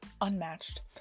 unmatched